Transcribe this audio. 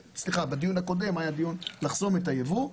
בדיון הקודם היה דיון לגבי האפשרות לחסום את הייבוא.